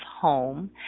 home